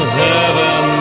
heaven